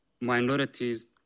minorities